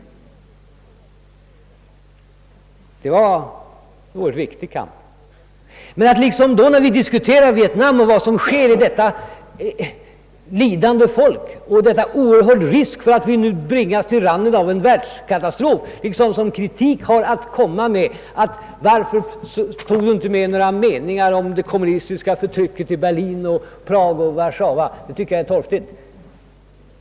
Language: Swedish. Denna kamp var oerhört viktig. Men att — när vi nu diskuterar Vietnam och vad som sker med dess lidande folk samt att det finns en mycket stor risk för att vi bringas till randen av en världskatastrof — som kritik anföra att jag inte tog med några meningar om det kommunistiska förtrycket i Berlin, Prag och Warszawa är torftigt.